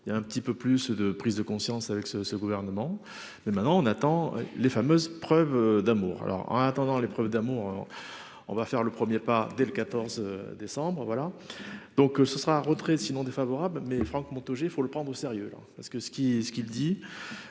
il y a un petit peu plus de prise de conscience avec ce ce gouvernement mais maintenant on attend les fameuses preuves d'amour, alors en attendant les preuves d'amour, on va faire le 1er pas dès le 14 décembre voilà donc ce sera un retrait sinon défavorable mais Franck Montaugé il faut le prendre au sérieux la parce que ce qui ce